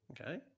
Okay